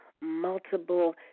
multiple